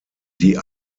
die